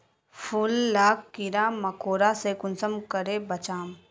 फूल लाक कीड़ा मकोड़ा से कुंसम करे बचाम?